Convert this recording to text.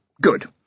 good